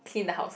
clean the house